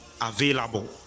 available